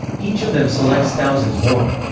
each of them selects thousands more.